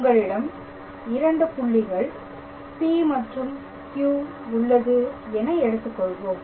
உங்களிடம் இரண்டு புள்ளிகள் P மற்றும் Q உள்ளது என எடுத்துக் கொள்வோம்